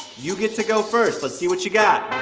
you get to go first. let's see what you got